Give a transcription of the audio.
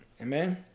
Amen